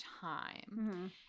time